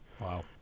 Wow